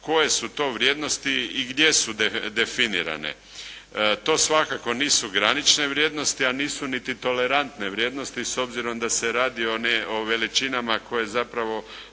koje su to vrijednosti i gdje su definirane. To svakako nisu granične vrijednosti, a nisu niti tolerantne vrijednosti s obzirom da se radi o veličinama koje zapravo